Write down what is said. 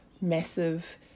massive